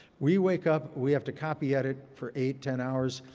we wake up, we have to copy edit for eight, ten hours.